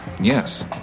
yes